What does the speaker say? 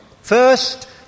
First